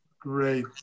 Great